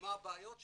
מה הבעיות שיש,